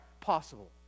possible